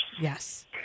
yes